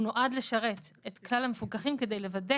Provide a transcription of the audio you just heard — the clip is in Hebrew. הוא נועד לשרת את כלל המפוקחים כדי לוודא